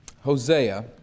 Hosea